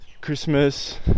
Christmas